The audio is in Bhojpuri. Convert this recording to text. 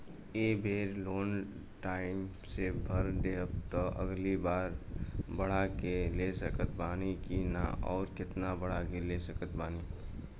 ए बेर लोन टाइम से भर देहम त अगिला बार बढ़ा के ले सकत बानी की न आउर केतना बढ़ा के ले सकत बानी?